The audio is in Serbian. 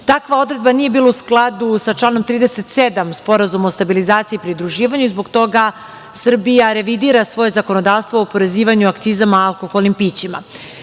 Takva odredba nije bila u skladu sa članom 37. Sporazuma o stabilizaciji i pridruživanju i zbog toga Srbija revidira svoje zakonodavstvo u oporezivanju akcizama alkoholnim pićima. Prema